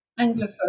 Anglophone